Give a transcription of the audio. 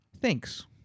Thanks